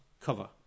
cover